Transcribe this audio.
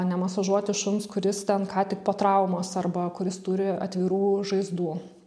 nemasažuoti šuns kuris ten ką tik po traumos arba kuris turi atvirų žaizdų